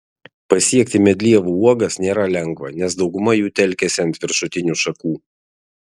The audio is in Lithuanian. pasiekti medlievų uogas nėra lengva nes dauguma jų telkiasi ant viršutinių šakų